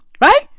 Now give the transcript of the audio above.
Right